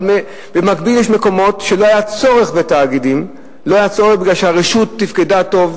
אבל במקביל יש מקומות שלא היה צורך בתאגידים בהם כי הרשות תפקדה טוב,